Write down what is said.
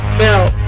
felt